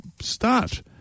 start